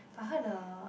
I heard the